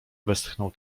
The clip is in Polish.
westchnął